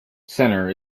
center